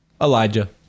Elijah